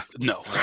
no